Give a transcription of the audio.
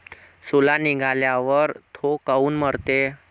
सोला निघाल्यावर थो काऊन मरते?